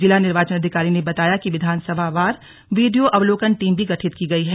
जिला निर्वाचन अधिकारी ने बताया कि विधानसभा वार वीडियो अवलोकन टीम भी गठित की गई है